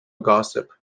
gossip